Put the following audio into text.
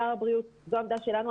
של שר הבריאות וזו העמדה שלנו.